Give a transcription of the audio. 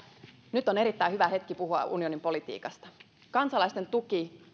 nyt on erittäin hyvä hetki puhua unionin politiikasta kansalaisten tuki